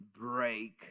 break